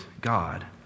God